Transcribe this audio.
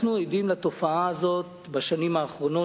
אנחנו עדים לתופעה הזאת בשנים האחרונות,